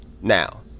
Now